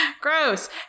Gross